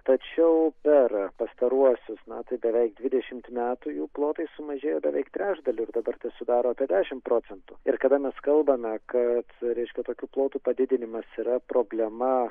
tačiau per pastaruosius na tai beveik dvidešimt metų jų plotai sumažėjo beveik trečdaliu ir dabar tesudaro apie dešimt procentų ir kada mes kalbame kad reiškia tokių plotų padidinimas yra problema